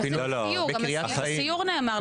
עשינו סיור וגם שם נאמר לנו שזה יהיה.